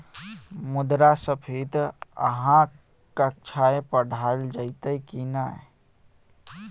मुद्रास्फीति अहाँक कक्षामे पढ़ाओल जाइत यै की नै?